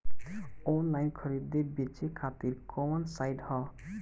Online खरीदे बेचे खातिर कवन साइड ह?